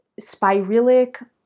spiralic